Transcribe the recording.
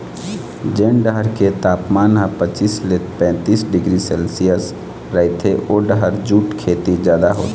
जेन डहर के तापमान ह पचीस ले पैतीस डिग्री सेल्सियस रहिथे ओ डहर जूट खेती जादा होथे